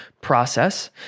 process